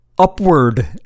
upward